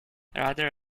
rather